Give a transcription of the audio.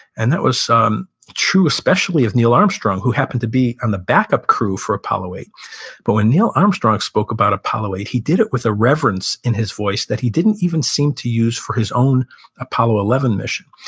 and that was um true especially of neil armstrong, who happened to be on the backup crew for apollo eight point but when neil armstrong spoke about apollo eight, he did it with a reverence in his voice that he didn't even seem to use for his own apollo eleven mission.